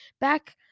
back